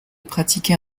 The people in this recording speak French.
pratiquer